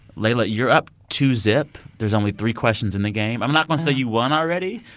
leila, you're up two zip, there's only three questions in the game. i'm not going say you won already.